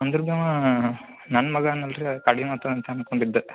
ಅಂದ್ರೆ ಬೀ ಅವಾ ನನ್ನ ಮಗನ ಅಲ್ಲಾ ರೀ ಕಡಿಮೆ ಆಗ್ತದಂತ ಅಂದ್ಕೊಂಡಿದ್ದೆ